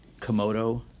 Komodo